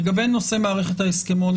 לגבי נושא מערכת ההסכמון,